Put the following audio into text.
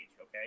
okay